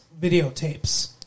videotapes